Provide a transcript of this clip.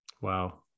Wow